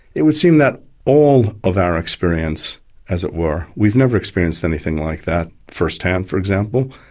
it would seem that all of our experience as it were, we've never experienced anything like that first hand for example,